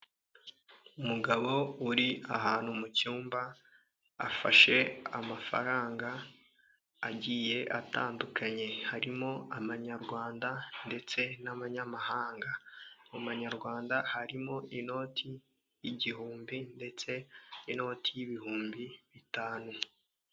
Umugabo uri ahantu mu cyumba afashe amafaranga agiye atandukanye, harimo amanyarwanda ndetse n'amanyamahanga mu manyarwanda harimo inoti y'igihumbi ndetse n'inoti y'ibihumbi bitanu.